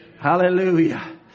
Hallelujah